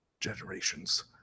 generations